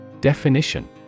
Definition